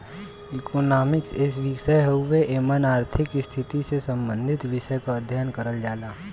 economics एक विषय हउवे एमन आर्थिक स्थिति से सम्बंधित विषय क अध्ययन करल जाला